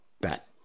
That